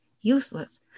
useless